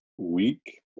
week